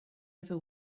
river